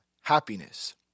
happiness